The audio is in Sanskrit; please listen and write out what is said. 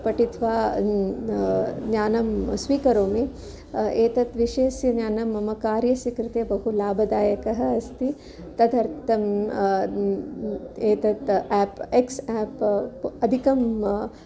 पठित्वा ज्ञानं स्वीकरोमि एतत् विषयस्य ज्ञानं मम कार्यस्य कृते बहु लाभदायकः अस्ति तदर्थं एतत् एप् एक्स् एप् प् अधिकम्